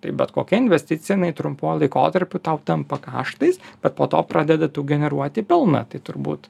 tai bet kokia investicija jinai trumpuoju laikotarpiu tau tampa kaštais bet po to pradeda generuoti pelną tai turbūt